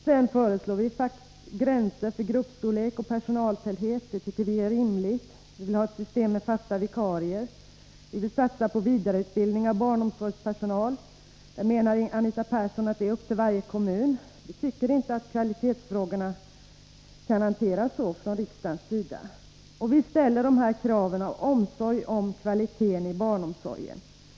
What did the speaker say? Sedan föreslår vi gränser för gruppstorlek och personaltäthet. Det tycker vi är rimligt. Vi vill ha ett system med fasta vikarier och vi vill satsa på vidareutbildning av barnomsorgspersonal. Anita Persson menar att det är upp till varje kommun att ordna med detta. Vi tycker inte att kvalitetsfrågorna kan hanteras så av riksdagen. Vi ställer kraven på kvalitet i barnomsorgen.